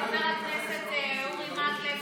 חבר הכנסת אורי מקלב,